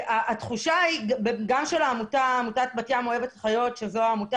התחושה של עמותת בת ים אוהבת חיות שהיא העמותה